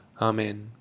Amen